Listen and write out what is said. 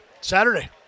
Saturday